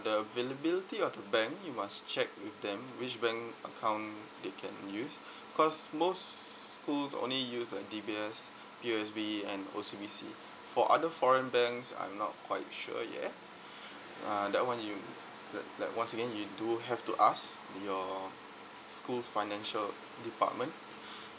the availability of the bank you must check with them which bank account they can use cause most schools only use like DBS POSB and OCBC for other foreign banks I'm not quite sure yeah uh that one you li~ like once again you have to ask your school's financial department